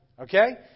okay